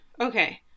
okay